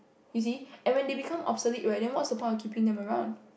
you see and when they become obsolete right then what's the point of keeping them around